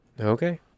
okay